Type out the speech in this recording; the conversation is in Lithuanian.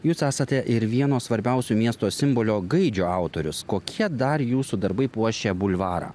jūs esate ir vieno svarbiausių miesto simbolio gaidžio autorius kokie dar jūsų darbai puošia bulvarą